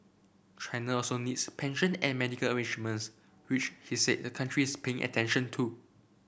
China also needs pension and medical arrangements which he said the country is paying attention to